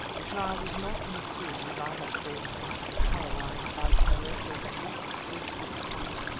the child was not in a swoon, as i had thought, but paralyzed by terror, so that she could scarcely speak.